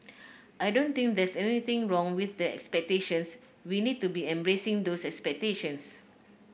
I don't think there's anything wrong with expectations we need to be embracing those expectations